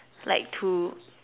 like to